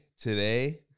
today